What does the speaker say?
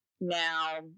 Now